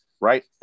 right